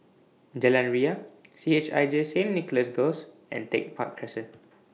Jalan Ria C H I J Saint Nicholas Girls and Tech Park Crescent